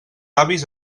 avis